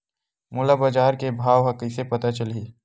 मोला बजार के भाव ह कइसे पता चलही?